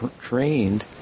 trained